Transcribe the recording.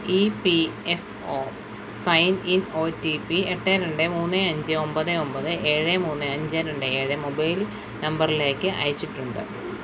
E P F O sign in O T P എട്ട് രണ്ട് മൂന്ന് അഞ്ച് ഒമ്പത് ഒമ്പത് ഏഴ് മൂന്ന് അഞ്ച് രണ്ട് ഏഴ് മൊബൈൽ നമ്പറിലേക്ക് അയച്ചിട്ടുണ്ട്